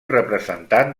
representant